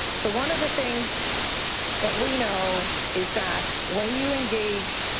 so one of the things that we know is that when you engage